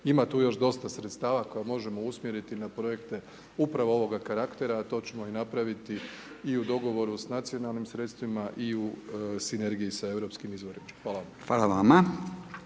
Ima tu još dosta sredstava koja možemo usmjeriti na projekte upravo ovoga karaktera a to ćemo i napraviti i u dogovoru s nacionalnim sredstvima i u sinergiji sa europskim izvorima. Hvala vam. **Radin,